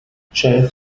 شاید